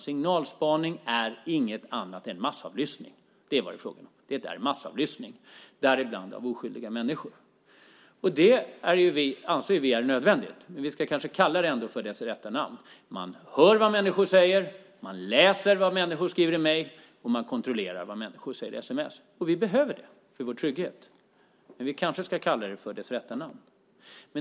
Signalspaning är inget annat än massavlyssning. Det är vad det är frågan om. Det är massavlyssning, bland annat av oskyldiga människor. Vi anser att det är nödvändigt, men vi ska kanske ändå kalla det vid dess rätta namn. Man hör vad människor säger, man läser vad människor skriver i mejl och man kontrollerar vad människor skriver i sms. Vi behöver det för vår trygghet, men vi kanske ska kalla det vid dess rätta namn.